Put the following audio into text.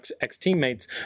ex-teammates